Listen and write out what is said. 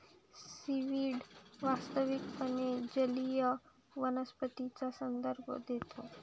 seaweed वास्तविकपणे जलीय वनस्पतींचा संदर्भ देते